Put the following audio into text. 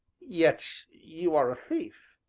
yet you are a thief!